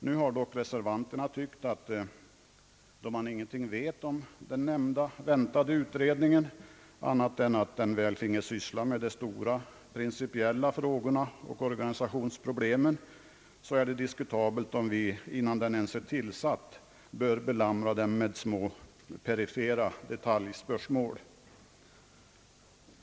Nu har dock reservanterna ansett att då man inte vet annat om den nämnda väntade utredningen än att den väl får syssla med de stora principiella frågorna och organisationsproblemen, så är det diskutabelt om vi innan den ens är tillsatt bör belamra den med små perifera detaljspörsmål.